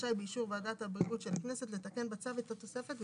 רשאי באישור ועדת הבריאות של הכנסת לתקן בצו את התוספת,